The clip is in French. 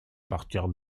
partir